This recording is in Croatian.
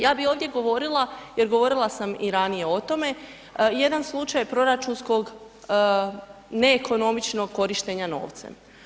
Ja bi ovdje govorila jer govorila sam i ranije o tome, jedan slučaj proračunskog neekonomičnog korištenja novca.